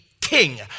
king